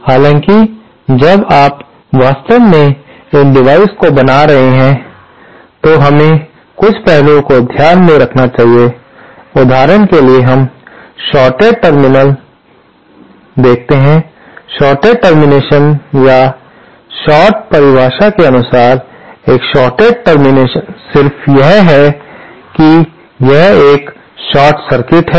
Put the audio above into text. हालांकि जब आप वास्तव में इन डिवाइस को बना रहे हैं तो हमें कुछ पहलुओं को ध्यान में रखना चाहिए उदाहरण के लिए हम शॉर्टेड टर्मिनेशन देखते हैं शॉर्टेड टर्मिनेशन या शॉर्ट परिभाषा के अनुसार एक शॉर्टेड टर्मिनेशन सिर्फ यह है कि यह एक शॉर्ट सर्किट है